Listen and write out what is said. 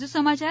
વધુ સમાચાર